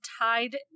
tied